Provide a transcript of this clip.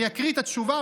אני אקריא את התשובה,